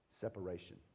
separation